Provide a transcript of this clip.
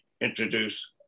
introduce